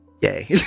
yay